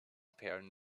perlen